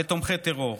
לתומכי טרור.